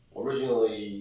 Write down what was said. originally